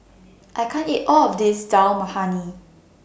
I can't eat All of This Dal Makhani